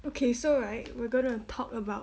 okay so right we're going to talk about